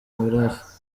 mirafa